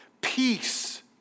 Peace